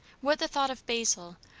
what the thought of basil,